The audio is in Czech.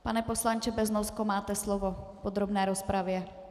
Pane poslanče Beznosko, máte slovo v podrobné rozpravě.